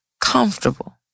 comfortable